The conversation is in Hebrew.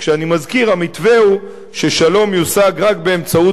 כשאני מזכיר שהמתווה הוא ששלום יושג רק באמצעות